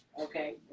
Okay